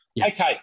Okay